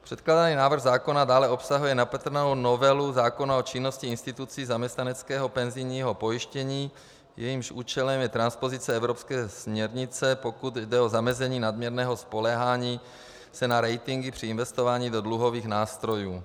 Předkládaný návrh zákona dále obsahuje nepatrnou novelu zákona o činnosti institucí zaměstnaneckého penzijního pojištění, jejímž účelem je transpozice evropské směrnice, pokud jde o zamezení nadměrného spoléhání se na ratingy při investování do dluhových nástrojů.